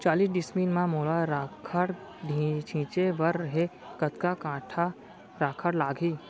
चालीस डिसमिल म मोला राखड़ छिंचे बर हे कतका काठा राखड़ लागही?